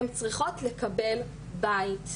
הן צריכות לקבל בית.